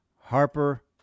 Harper